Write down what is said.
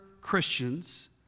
Christians